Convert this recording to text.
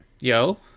Yo